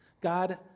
God